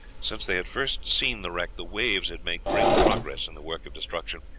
since they had first seen the wreck the waves had made great progress in the work of destruction,